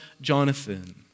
Jonathan